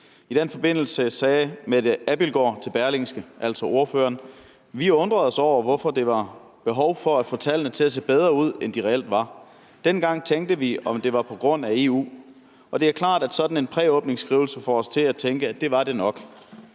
I den forbindelse sagde ordføreren, Mette Abildgaard, til Berlingske: »Vi undrede os over, hvorfor der var behov for at få tallene til at se bedre ud, end de reelt var. Dengang tænkte vi, om det var på grund af EU, og det er klart, at sådan en præåbningsskrivelse får os til at tænke, at det var det nok«.